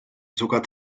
sogar